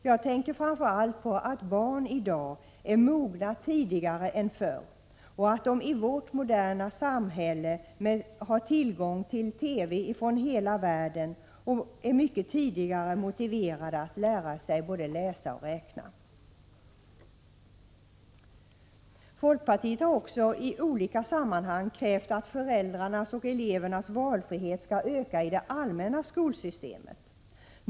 Jag tänker framför allt på att barn i dag är mogna tidigare än förr och att de i vårt moderna samhälle har tillgång till TV från hela världen och är mycket tidigare motiverade att lära sig både läsa och räkna. Folkpartiet har också i olika sammanhang krävt att föräldrarnas och elevernas valfrihet skall öka i det allmänna skolsystemet.